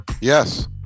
Yes